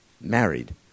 married